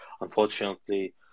unfortunately